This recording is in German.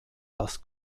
dass